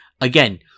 Again